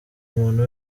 muntu